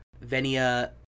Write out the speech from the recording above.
Venia